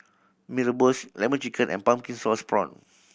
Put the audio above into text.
Mee Rebus Lemon Chicken and pumpkin sauce prawn